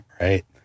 right